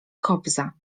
kobza